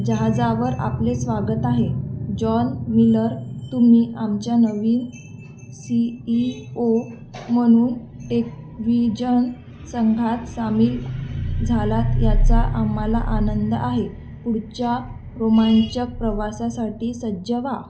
जहाजावर आपले स्वागत आहे जॉन मिलर तुम्ही आमच्या नवीन सी ई ओ म्हणून टेकव्हीजन संघात सामील झालात याचा आम्हाला आनंद आहे पुढच्या रोमांचक प्रवासासाठी सज्ज व्हा